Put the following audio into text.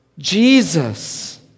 Jesus